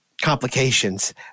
complications